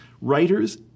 Writers